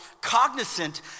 cognizant